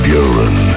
Buren